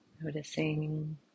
Noticing